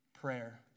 prayer